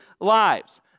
lives